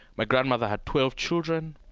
my grandmother had twelve children.